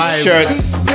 shirts